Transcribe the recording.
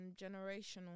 generational